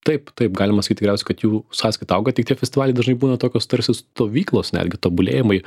taip taip galima sakyt tikriausiai kad jų sąskaita auga tik tie festivaliai dažniausiai būna tokios tarsi stovyklos netgi tobulėjimui